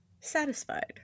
satisfied